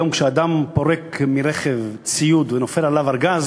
היום כשאדם פורק ציוד מרכב ונופל עליו ארגז,